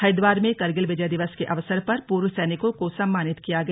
हरिद्वार में करगिल विजय दिवस के अवसर पर पूर्व सैनिकों को सम्मानित किया गया